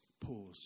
Pause